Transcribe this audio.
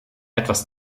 etwas